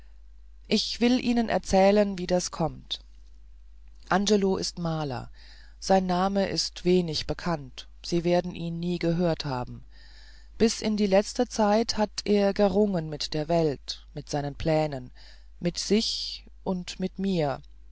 ich will ihnen erzählen wie das kommt angelo ist maler sein name ist wenig bekannt sie werden ihn nie gehört haben bis in die letzte zeit hat er gerungen mit der welt mit seinen plänen mit sich und mit mir